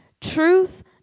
truth